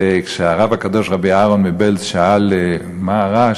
וכשהרב הקדוש רבי אהרן מבעלז שאל: מה הרעש?